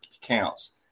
counts